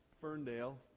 Ferndale